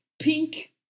pink